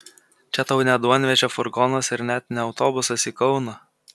čia tau ne duonvežio furgonas ir net ne autobusas į kauną